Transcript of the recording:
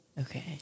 Okay